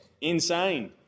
Insane